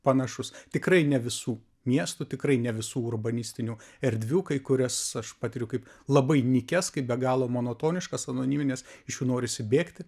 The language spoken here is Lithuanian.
panašus tikrai ne visų miestų tikrai ne visų urbanistinių erdvių kai kurias aš patiriu kaip labai nykias kaip be galo monotoniškas anonimines iš jų norisi bėgti